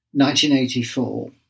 1984